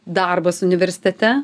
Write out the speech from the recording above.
darbas universitete